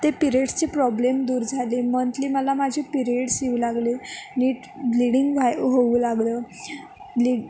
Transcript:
ते पिरेड्सचे प्रॉब्लेम दूर झाले मंथली मला माझे पिरियड्स येऊ लागले नीट ब्लिडींग व्हाय होऊ लागलं ब्लि